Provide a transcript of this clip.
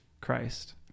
Christ